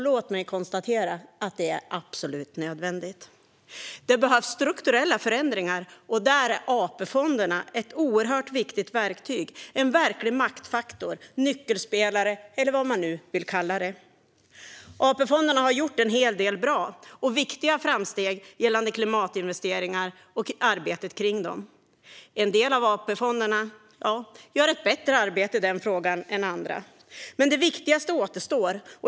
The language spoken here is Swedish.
Låt mig konstatera att det är absolut nödvändigt. Det behövs strukturella förändringar. Och där är AP-fonderna ett oerhört viktigt verktyg, en verklig maktfaktor, nyckelspelare eller vad man nu vill kalla det. AP-fonderna har gjort en hel del bra och viktiga framsteg gällande klimatinvesteringar och arbetet med dem. En del av AP-fonderna gör ett bättre arbete i frågan än andra. Men det viktigaste återstår.